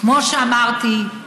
כמו שאמרתי,